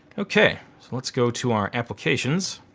okay so let's go to our applications.